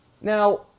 Now